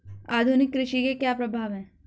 आधुनिक कृषि के क्या प्रभाव हैं?